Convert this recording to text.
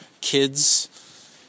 kids